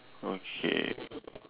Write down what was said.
okay